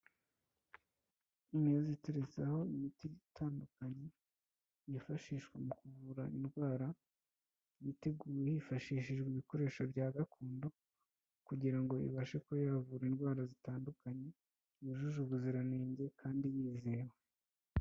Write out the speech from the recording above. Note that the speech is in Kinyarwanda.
Imeza iteretseho imiti itandukanye yifashishwa mu kuvura indwara yateguwe hifashishijwe ibikoresho bya gakondo kugira ngo ibashe kuba yavura indwara zitandukanye yujuje ubuziranenge kandi yizewe.